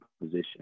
position